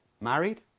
Married